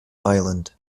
island